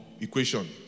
equation